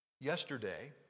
Yesterday